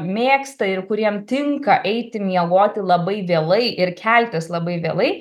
mėgsta ir kuriem tinka eiti miegoti labai vėlai ir keltis labai vėlai